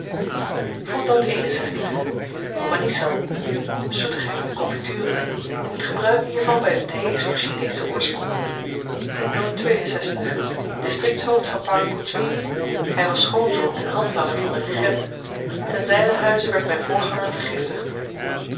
maniessan zoetigheid konfituren het gebruiken hiervan by de thee is van chineschen oorsprong distriktshoofd van parang koedjang hy was schoonzoon en handlanger van den regent ten zynen huize werd myn voorganger vergiftigd